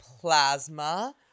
plasma